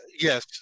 Yes